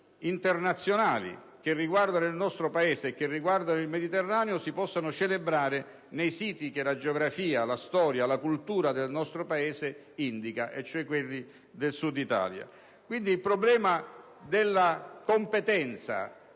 internazionali che riguardano il nostro Paese e il Mediterraneo si possano celebrare nei siti che la geografia, la storia e la cultura del nostro Paese indicano, cioè quelli del Sud d'Italia. Di conseguenza, il problema della competenza